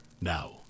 now